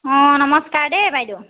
অঁ নমস্কাৰ দেই বাইদেউ